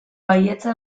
baietza